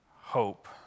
hope